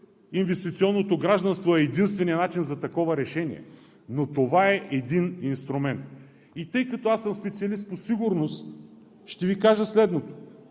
инвестиционното гражданство е единственият начин за такова решение, но това е един инструмент. И тъй като аз съм специалист по сигурност, ще Ви кажа следното: